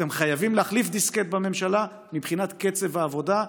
אתם חייבים להחליף דיסקט בממשלה מבחינת קצב העבודה.